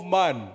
man